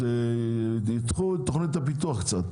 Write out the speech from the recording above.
אז תדחו את תוכנית הפיתוח קצת,